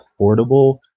affordable